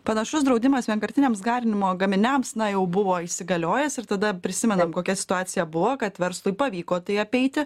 panašus draudimas vienkartiniams garinimo gaminiams na jau buvo įsigaliojęs ir tada prisimenam kokia situacija buvo kad verslui pavyko tai apeiti